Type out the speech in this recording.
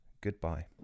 goodbye